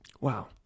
Wow